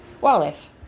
wildlife